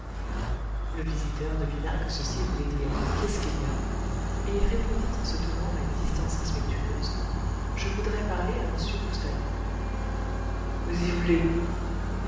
le visiteur devina que ceci voulait dire qu'est-ce qu'il y a et il répondit en se tenant à une distance respectueuse je voudrais parler à m